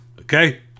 Okay